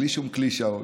בלי שום קלישאות,